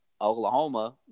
Oklahoma